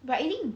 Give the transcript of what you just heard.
but eating